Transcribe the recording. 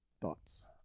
Thoughts